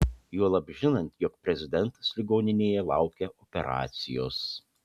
juolab žinant jog prezidentas ligoninėje laukia operacijos